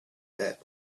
that